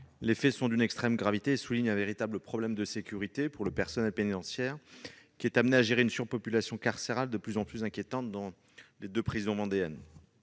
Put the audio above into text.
Les faits sont d'une extrême gravité et soulignent un véritable problème de sécurité pour le personnel pénitentiaire, qui est amené à faire face à une surpopulation carcérale de plus en plus inquiétante dans les deux prisons vendéennes.